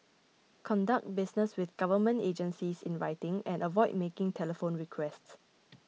conduct business with government agencies in writing and avoid making telephone requests